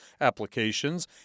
applications